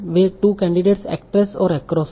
वे 2 candidate actress और across हैं